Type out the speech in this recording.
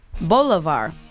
Bolivar